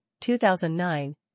2009